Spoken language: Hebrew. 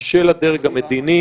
של הדרג המדיני,